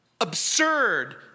absurd